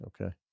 Okay